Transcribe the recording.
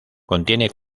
contiene